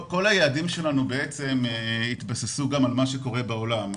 למעשה כל היעדים שלנו התבססו גם על מה שקורה בעולם,